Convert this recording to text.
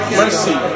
mercy